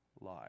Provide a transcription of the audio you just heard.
lie